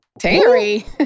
Terry